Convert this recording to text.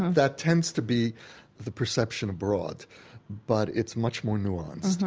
that tends to be the perception abroad but it's much more nuanced.